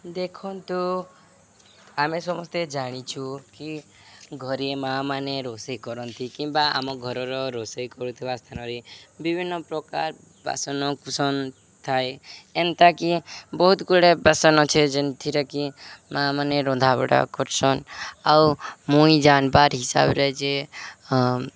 ଦେଖନ୍ତୁ ଆମେ ସମସ୍ତେ ଜାଣିଛୁ କି ଘରେ ମାଆ ମାନେ ରୋଷେଇ କରନ୍ତି କିମ୍ବା ଆମ ଘରର ରୋଷେଇ କରୁଥିବା ସ୍ଥାନରେ ବିଭିନ୍ନ ପ୍ରକାର ବାସନ କୁସନ ଥାଏ ଏନ୍ତାକି ବହୁତ ଗୁଡ଼େ ବାସନ ଅଛେ ଯେଉଁଥିରେକି ମାଆ ମାନ ରନ୍ଧାବଢ଼ା କରସନ୍ ଆଉ ମୁଇଁ ଜାଣବାର୍ ହିସାବରେ ଯେ